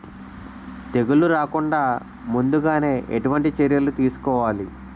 తెగుళ్ల రాకుండ ముందుగానే ఎటువంటి చర్యలు తీసుకోవాలి?